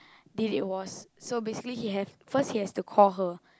did it was so basically he have first he have to call her